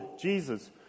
Jesus